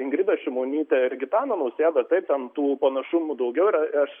ingridą šimonytę ir gitaną nausėdą taip ten tų panašumų daugiau yra aš